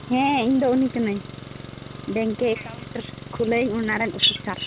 ᱦᱮᱸ ᱤᱧᱫᱚ ᱩᱱᱤ ᱠᱟᱹᱱᱟᱹᱧ ᱵᱮᱝᱠ ᱮᱠᱟᱣᱩᱱᱴ ᱠᱷᱩᱞᱟᱭᱟᱹᱧ ᱚᱱᱟᱨᱮᱱ ᱚᱯᱷᱤᱥᱟᱨ